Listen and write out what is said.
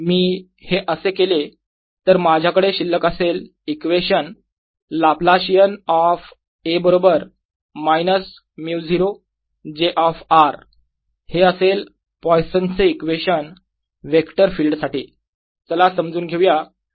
जर मी हे असे केले तर माझ्याकडे शिल्लक असेल इक्वेशन लाप्लाशियन ऑफ A बरोबर मायनस μ0 j ऑफ r हे असेल पॉइसन चे equation Poisson's equation vector field साठी चला समजून घेऊया त्याचा अर्थ काय होतो